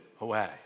away